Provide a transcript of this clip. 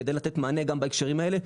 כדי לתת מענה גם בהקשרים האלה.